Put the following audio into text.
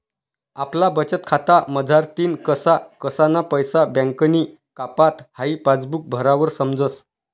आपला बचतखाता मझारतीन कसा कसाना पैसा बँकनी कापात हाई पासबुक भरावर समजस